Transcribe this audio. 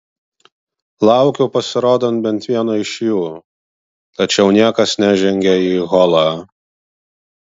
laukiu pasirodant bent vieno iš jų tačiau niekas nežengia į holą